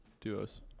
duos